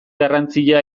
garrantzia